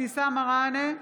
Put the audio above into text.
אבתיסאם מראענה,